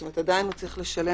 זאת אומרת, הוא עדיין צריך לשלם.